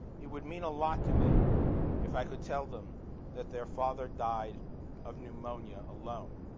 it would mean a lot to me if i could tell them that their father died of pneumonia alone.